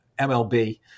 MLB